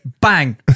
Bang